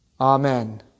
Amen